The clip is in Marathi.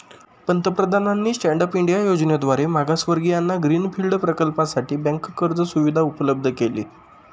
पंतप्रधानांनी स्टँड अप इंडिया योजनेद्वारे मागासवर्गीयांना ग्रीन फील्ड प्रकल्पासाठी बँक कर्ज सुविधा उपलब्ध केली